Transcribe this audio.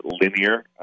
linear